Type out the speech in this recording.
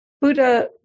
Buddha